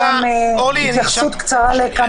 אני מבקשת התייחסות קצרה לכמה סוגיות.